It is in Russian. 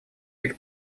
быть